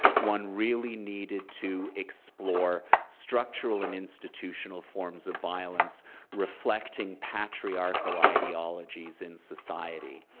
one really needed to explore structural and institutional forms of violence reflecting patriarchal ideologies in society.